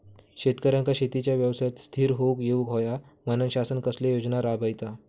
शेतकऱ्यांका शेतीच्या व्यवसायात स्थिर होवुक येऊक होया म्हणान शासन कसले योजना राबयता?